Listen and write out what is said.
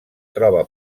troba